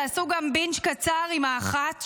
תעשו גם בינג' קצר עם "האחת",